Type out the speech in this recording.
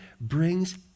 brings